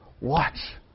watch